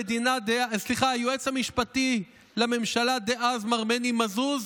היועץ המשפטי לממשלה דאז מר מני מזוז?